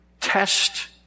test